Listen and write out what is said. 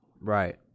Right